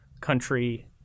country